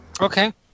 Okay